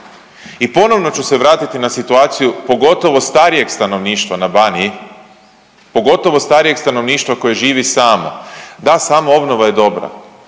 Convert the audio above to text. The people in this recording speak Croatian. I ponovno ću se vratiti na situaciju, pogotovo starijeg stanovništva na Baniji, pogotovo starijeg stanovništva koje živi samo. Da, samoobnova je dobra,